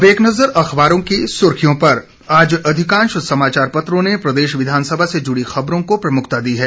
अब एक नजर अखबारों की सुर्खियों पर आज अधिकांश समाचार पत्रों ने प्रदेश विधानसभा से जुड़ी खबरों को प्रमुखता दी है